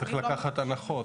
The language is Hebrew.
צריך לקחת הנחות.